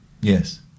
Yes